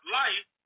life